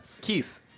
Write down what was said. Keith